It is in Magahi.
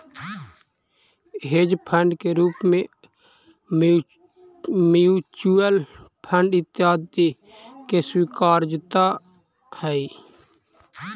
हेज फंड के रूप में म्यूच्यूअल फंड इत्यादि के स्वीकार्यता हई